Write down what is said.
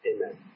Amen